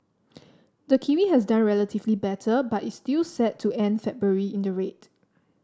the kiwi has done relatively better but is still set to end February in the red